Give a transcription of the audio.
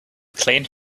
cleaned